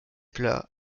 plat